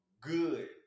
good